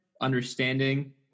understanding